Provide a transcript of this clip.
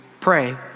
pray